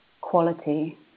quality